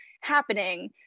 happening